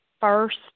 first